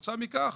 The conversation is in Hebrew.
תוצאה מכך,